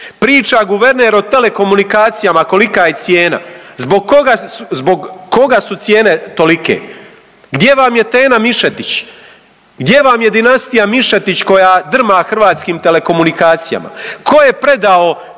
Priča guverner o telekomunikacijama kolika je cijena. Zbog koga su cijene tolike? Gdje vam je Tena Mišetić? Gdje vam je dinastija Mišetić koja drma hrvatskim telekomunikacijama? Tko je predao